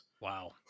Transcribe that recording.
Wow